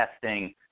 testing